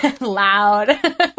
Loud